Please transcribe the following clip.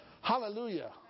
Hallelujah